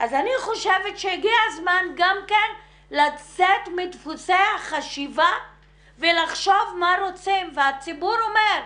אני חושבת שהגיע הזמן לצאת מדפוסי החשיבה ולחשוב מה רוצים והציבור אומר,